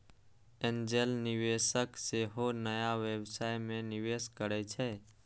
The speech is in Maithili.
एंजेल निवेशक सेहो नया व्यवसाय मे निवेश करै छै